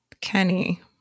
Kenny